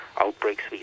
outbreaks